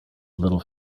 little